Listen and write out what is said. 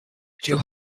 harm